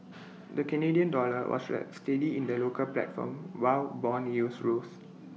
the Canadian dollar was steady in the local platform while Bond yields rose